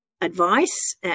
advice